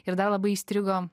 ir dar labai įstrigo